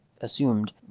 assumed